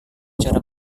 cara